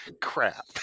crap